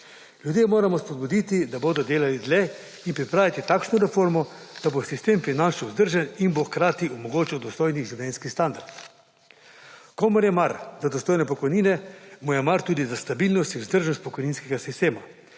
Ljudi moramo spodbuditi, da bodo delali dlje in pripraviti takšno reformo, da bo sistem prinašal vzdržen in bo hkrati omogočal dostojni življenjski standard. Komur je mar do dostojne pokojnine, mu je mar tudi za stabilnost in vzdržnost pokojninskega sistema.